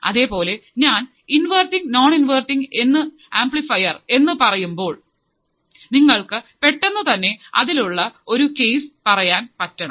അതേപോലെ ഞാൻ inverting non inverting എന്ന് പറയുമ്പോൾ നിങ്ങള്ക്ക് പെട്ടെന്നു തന്നെ അതിലുള്ള ഉള്ള ഒരു കേസ് പറയാൻ പറ്റണം